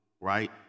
right